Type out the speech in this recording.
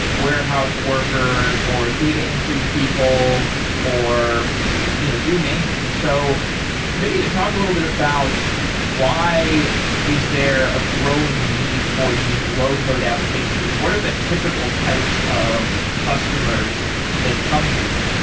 warehouse workers, or data entry people or you know you name it. so maybe you could talk a little bit about why is there a growing need for these low-code applications and what are the typical types of customers that come to you?